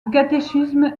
catéchisme